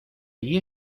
allí